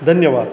धन्यवाद